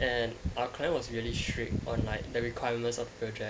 and our client was really strict on like the requirement of the project